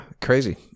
crazy